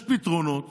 יש פתרונות